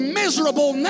miserable